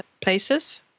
places